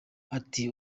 ati